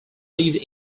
lived